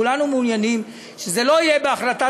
כולנו מעוניינים שזה לא יהיה בהחלטת